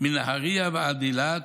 מנהריה ועד אילת,